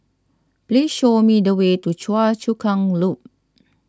please show me the way to Choa Chu Kang Loop